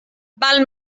val